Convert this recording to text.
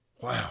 Wow